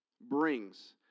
brings